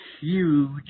huge